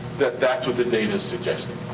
that's what the data's suggesting.